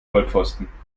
vollpfosten